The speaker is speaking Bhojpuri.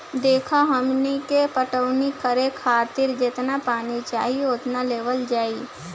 देखऽ हमनी के पटवनी करे खातिर जेतना पानी चाही ओतने लेवल जाई